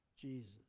Jesus